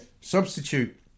Substitute